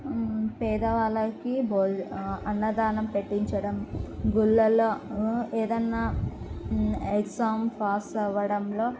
పేదవాళ్ళకి అన్నదానం పెట్టించడం గుళ్ళల్లో ఏదైనా ఎగ్జామ్ పాస్ అవ్వడంలో